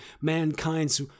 mankind's